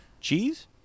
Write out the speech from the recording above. cheese